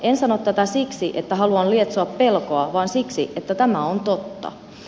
en sano tätä siksi että haluan lietsoa pelkoa vaan siksi että tämä on totta